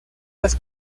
las